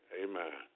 amen